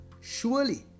Surely